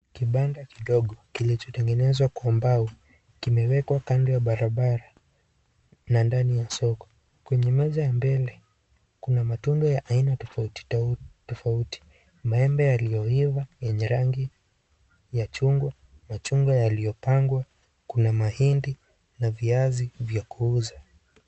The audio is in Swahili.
Kibanda kidogo kilichotengenezwa kwa mbao kimewekwa kando ya barabara na ndani ya soko. Kwenye meza ya mbele kuna matunda ya aina tofauti tofauti, maembe yalioiva yenye rangi ya chungwa, machungwa yaliyopangwa, kuna mahindi na viazi vya kuuza.